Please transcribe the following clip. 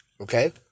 okay